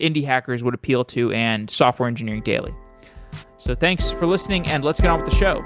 indie hackers would appeal to and software engineering daily so thanks for listening and let's get on with the show